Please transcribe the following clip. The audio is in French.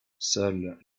seuls